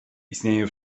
istnieję